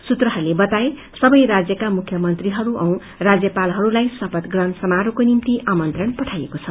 सूत्रहरूले बताए सबै राज्यका मुख्यमंत्रीहरू औ राज्यपालहरूलाई शपथ ग्रहण समारोहको निम्ति आमंत्रण पठाइएको छ